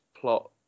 plot